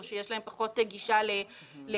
או שיש להם פחות גישה ל-WiFi.